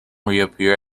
reappear